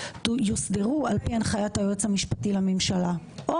יבוא 'בהנחיית היועץ המשפטי לממשלה או'.